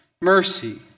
mercy